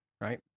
right